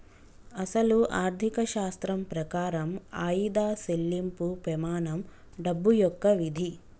అసలు ఆర్థిక శాస్త్రం ప్రకారం ఆయిదా సెళ్ళింపు పెమానం డబ్బు యొక్క విధి